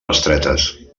estretes